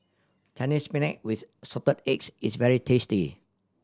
Chinese Spinach with Assorted Eggs is very tasty